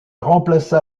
remplaça